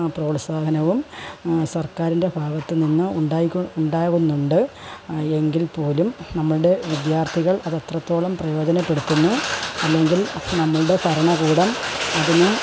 പ്രോത്സാഹനവും സർക്കാരിൻ്റെ ഭാഗത്തു നിന്ന് ഉണ്ടായിക്കൊ ഉണ്ടാകുന്നുണ്ട് എങ്കിൽ പോലും നമ്മളുടെ വിദ്യാർത്ഥികൾ അതെത്രത്തോളം പ്രയോജനപ്പെടുത്തുന്നു അല്ലെങ്കിൽ നമ്മളുടെ ഭരണകൂടം അതിന്